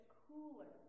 cooler